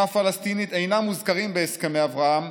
פלסטינית אינם מוזכרים בהסכמי אברהם,